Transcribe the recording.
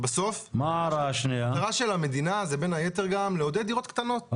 בסוף המטרה של המדינה זה בין היתר גם לעודד דירות קטנות,